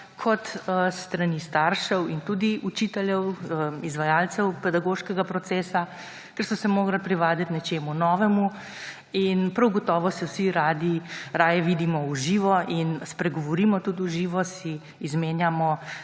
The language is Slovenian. kot s strani staršev in tudi učiteljev, izvajalcev pedagoškega procesa, ker so se morali privaditi nečemu novemu. Prav gotovo se vsi raje vidimo v živo in tudi spregovorimo v živo, si izmenjamo